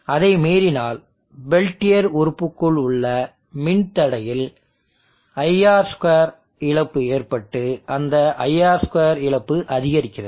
அதை மீறினால் பெல்டியர் உறுப்புக்குள் உள்ள மின்தடையில் I2R இழப்பு ஏற்பட்டு அந்த I2R இழப்பு அதிகரிக்கிறது